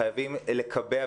חייבים לקבע,